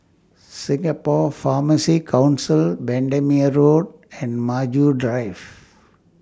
Singapore Pharmacy Council Bendemeer Road and Maju Drive